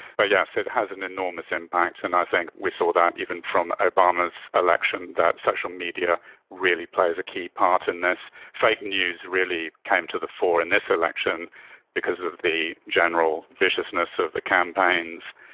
but yes, it has an enormous impact and i think we saw that even from obama's election that social media really plays a key part in this. fake news really came to the fore in this election because of the general viciousness of the campaigns,